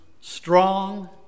strong